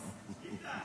לפיד,